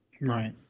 Right